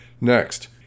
Next